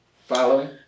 Following